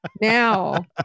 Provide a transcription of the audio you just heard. Now